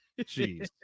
Jeez